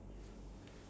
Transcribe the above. yes